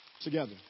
together